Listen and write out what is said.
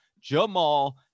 Jamal